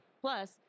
plus